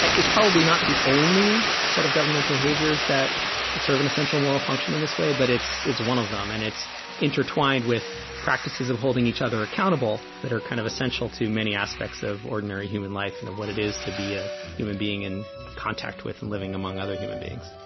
ah it's probably not the only set of government behaviors that serve an essential moral function in this way, but it's it's one of them. and it's intertwined with practices of holding each other accountable that are kind of essential to many aspects of ordinary human life and of what it is to be a human being in contact with and living among other human beings